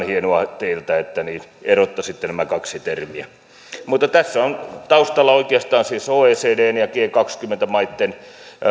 hienoa teiltä että erottaisitte nämä kaksi termiä mutta tässä on taustalla oikeastaan siis oecdn ja g kaksikymmentä maitten